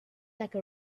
like